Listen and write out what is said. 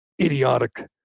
idiotic